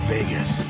Vegas